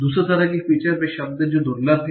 दूसरे तरह की फीचर्स वे शब्द हैं जो दुर्लभ हैं